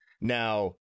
Now